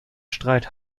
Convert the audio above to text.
streit